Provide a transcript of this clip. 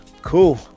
cool